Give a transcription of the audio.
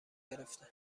گرفتم